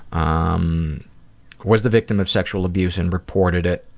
um was the victim of sexual abuse and reported it.